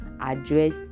address